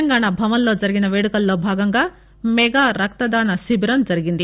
తెలంగాణ భవన్లో జరిగిన వేడుకల్లో భాగంగా మెగా రక్తదాన శిబిరం జరిగింది